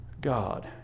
God